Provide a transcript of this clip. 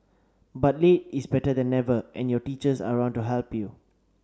but late is better than never and your teachers are around to help you